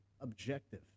objective